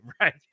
Right